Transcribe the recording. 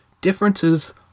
Differences